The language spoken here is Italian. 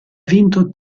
vinto